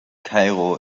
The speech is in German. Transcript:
kairo